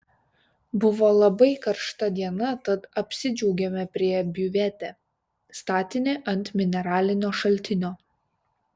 buvo labai karšta diena tad apsidžiaugėme priėję biuvetę statinį ant mineralinio šaltinio